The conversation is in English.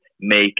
make